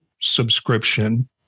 subscription